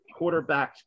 quarterbacks